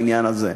בעניין הזה.